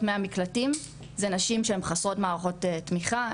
מהמקלטים זה נשים שהן חסרות מערכות תמיכה.